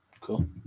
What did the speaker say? Cool